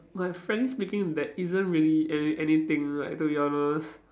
like frankly speaking there isn't really any~ anything like to be honest